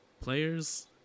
players